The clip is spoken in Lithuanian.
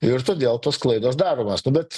ir todėl tos klaidos daromos tuomet